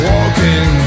Walking